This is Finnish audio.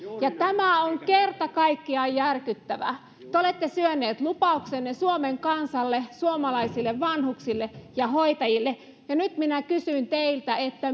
tämä on kerta kaikkiaan järkyttävää te te olette syöneet lupauksenne suomen kansalle suomalaisille vanhuksille ja hoitajille ja nyt minä kysyn teiltä